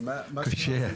זה קשה.